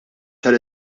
tal